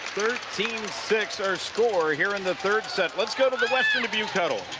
thirteen six, our school here in the third set let's go to the western dubuque huddle.